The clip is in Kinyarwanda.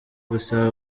gusaba